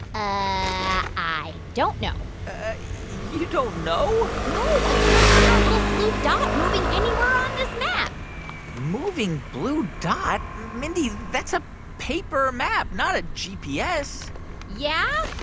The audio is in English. i i don't know you don't know? no, i can't see our little blue dot moving anywhere on this map moving blue dot? mindy, that's a paper map, map, not a gps yeah.